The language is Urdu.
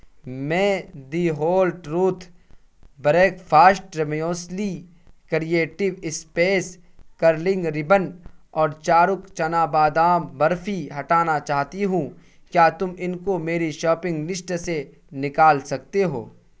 میں the Whole Truth breakfast muesli creative space curling ribbon اور چاروک چنا بادام برفی ہٹانا چاہتی ہوں کیا تم ان کو میری شاپنگ لسٹ سے نکال سکتے ہو